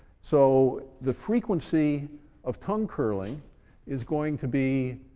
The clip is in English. so the frequency of tongue curling is going to be